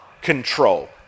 control